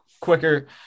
quicker